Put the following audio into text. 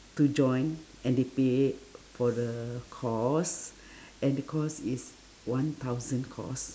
to join N_D_P for the course and because is one thousand cost